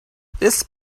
this